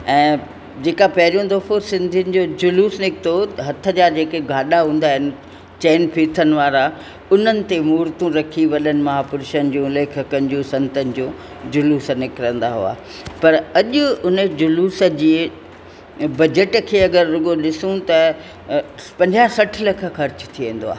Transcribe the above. ऐं जेका पहिरियों दफ़ो सिंधियुनि जो झुलूस निकितो हुओ हथ जा जेके गाॾा हुंदा आहिनि चइनि फीथनि वारा उन्हनि ते मूर्तियूं रखी वॾनि महापुरुषनि जूं लेखकनि जूं संतनि जूं झुलूस निकिरंदा हुआ पर अॼु उन झुलूस जे बजट खे अगरि रुॻो ॾिसूं त पंजाहु सठि लखु ख़र्च थी वेंदो आहे